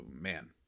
man